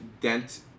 Dent